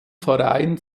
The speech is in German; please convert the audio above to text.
pfarreien